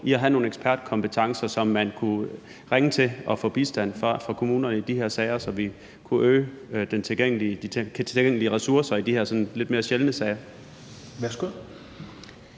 i at have nogle ekspertkompetencer, som man som kommune kunne ringe til og få bistand fra i de her sager, så vi kunne øge de tilgængelige ressourcer i de her sådan lidt mere sjældne sager?